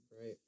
Right